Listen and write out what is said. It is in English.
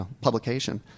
publication